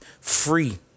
free